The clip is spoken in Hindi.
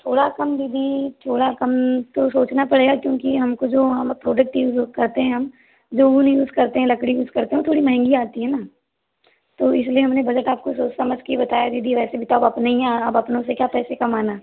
थोड़ा कम दीदी थोड़ा कम तो सोचना पड़ेगा क्योंकि हमको जो हम प्रॉडक्ट यूज़ करते हैं हम जो ऊन यूज़ करते हैं लकड़ी यूज़ करते हैं वो थोड़ी महंगी आती है न तो इसलिए हमने बजट आपको सोच समझ कर ही बताया दीदी वैसे भी तो आप अपने ही हैं अब अपनों से क्या पैसे कमाना